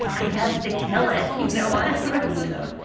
i guess to kill it, you know but so